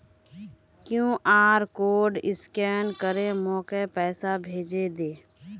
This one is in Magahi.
क्यूआर कोड स्कैन करे मोक पैसा भेजे दे